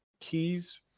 keys